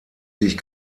sich